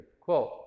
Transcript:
Quote